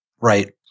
Right